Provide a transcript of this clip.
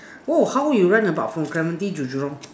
!whoa! how you round about from Clementi to Jurong